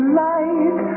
light